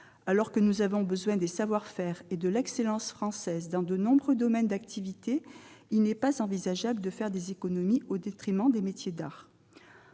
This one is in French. Alors que nous avons besoin des savoir-faire et de l'excellence française dans de nombreux domaines d'activité, il n'est pas envisageable de faire des économies au détriment des métiers d'art.